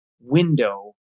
window